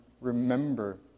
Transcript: remember